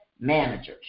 managers